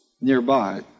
nearby